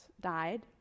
died